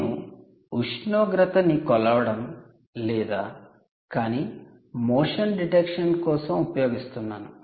నేను ఉష్ణోగ్రతని కొలవడం లేదు మోషన్ డిటెక్షన్ కోసం ఉపయోగిస్తున్నాను